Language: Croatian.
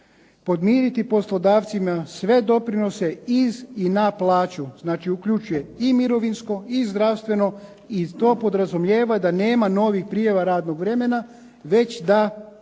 podmiriti poslodavcima sve doprinose iz i na plaću. Znači uključuje i mirovinsko i zdravstveno i to podrazumijeva da nema novih prijava radnog vremena, već da